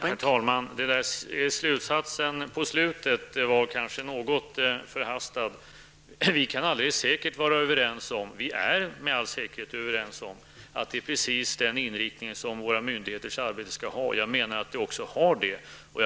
Herr talman! Wiggo Komstedts sista slutsats var kanske något förhastad. Vi kan alldeles säkert vara överens om -- och vi är med all säkerhet överens om -- att det är precis den inriktning som våra myndigheters arbete skall ha. Jag menar att detta också är fallet.